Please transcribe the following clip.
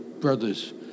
brothers